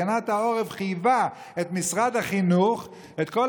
הגנת העורף חייבה את משרד החינוך להקצות